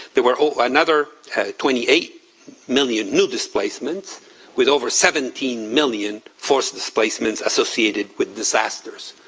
there were another twenty eight million new displacements with over seventeen million forced displacements associated with disasters,